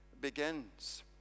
begins